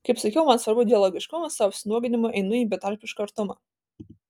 kaip sakiau man svarbu dialogiškumas savo apsinuoginimu einu į betarpišką artumą